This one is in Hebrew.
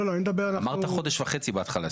אמרת חודש וחצי בהתחלה.